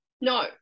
No